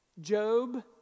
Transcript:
Job